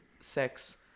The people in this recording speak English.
sex